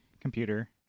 computer